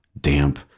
damp